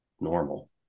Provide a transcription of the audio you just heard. normal